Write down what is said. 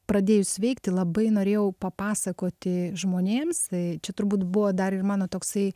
pradėjus sveikti labai norėjau papasakoti žmonėms čia turbūt buvo dar ir mano toksai